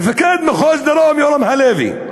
מפקד מחוז הדרום יורם הלוי,